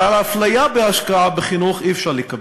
אבל אפליה בהשקעה בחינוך אי-אפשר לקבל.